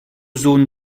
zones